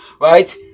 right